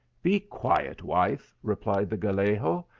be quiet, wife, replied the gallego,